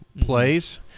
plays